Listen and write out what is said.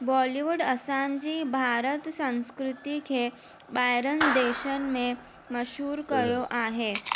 बॉलीवुड असांजी भारत संस्कृती खे ॿाहिरनि देशनि में मशहूरु कयो आहे